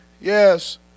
yes